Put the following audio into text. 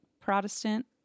Protestant